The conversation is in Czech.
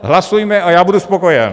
Hlasujme a já budu spokojen!